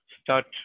start